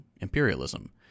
imperialism